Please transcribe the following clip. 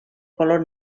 color